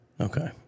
Okay